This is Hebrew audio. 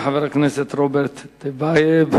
תודה לחבר הכנסת רוברט טיבייב.